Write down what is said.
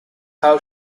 how